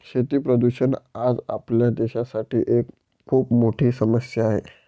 शेती प्रदूषण आज आपल्या देशासाठी एक खूप मोठी समस्या आहे